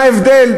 מה ההבדל,